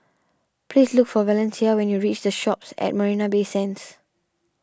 please look for Valencia when you reach the Shoppes at Marina Bay Sands